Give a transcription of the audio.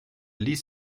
ließ